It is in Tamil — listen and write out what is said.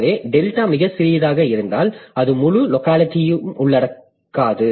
எனவே டெல்டா மிகச் சிறியதாக இருந்தால் அது முழு லோக்காலிட்டியும் உள்ளடக்காது